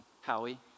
Howie